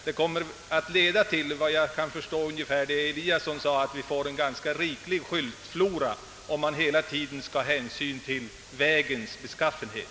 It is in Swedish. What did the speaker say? Det kommer såvitt jag kan förstå att leda till att vi, som herr Eliasson i Sundborn sade, får en ganska riklig skyltflora, om man hela tiden enbart skall ta hänsyn till vägens beskaffenhet.